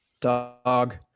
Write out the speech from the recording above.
dog